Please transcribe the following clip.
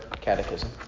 catechism